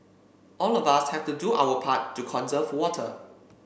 all of us have to do our part to conserve water